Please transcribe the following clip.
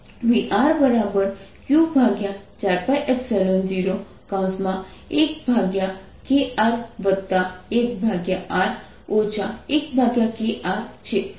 અને તે તમારો જવાબ છે